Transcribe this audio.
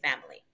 family